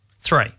three